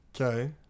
Okay